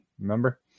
Remember